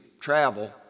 travel